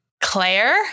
Claire